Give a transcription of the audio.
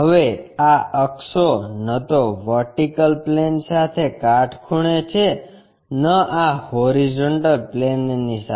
હવે આ અક્ષો ન તો વર્ટિકલ પ્લેન સાથે કાટખૂણે છે ન આ હોરીઝોન્ટલ પ્લેનની સાથે